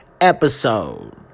episode